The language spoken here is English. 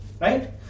Right